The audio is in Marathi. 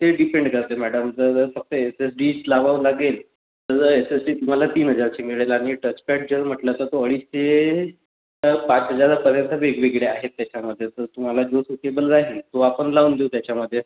ते डिपेंड करतं मॅडम जर फक्त एस एस डीच लावावं लागेल तर एस एस डी तुम्हाला तीन हजारची मिळेल आणि टचपॅड जर म्हटलं तर तो अडीच ते तो पाच हजारापर्यंत वेगवेगळे आहेत त्याच्यामध्ये तर तुम्हाला जो सुटेबल राहील तो आपण लावून देऊ त्याच्यामध्ये